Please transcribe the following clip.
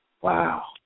wow